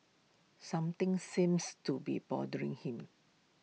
something seems to be bothering him